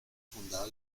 fundado